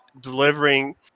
delivering